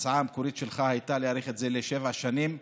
ההצעה המקורית שלך הייתה להאריך את זה לשבע שנים,